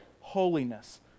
holiness